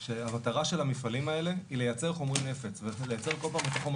זה שהמטרה של המפעלים האלה היא לייצר חומרי נפץ ולייצר כל פעם את חומר